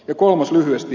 ja kolmas lyhyesti